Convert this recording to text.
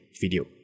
video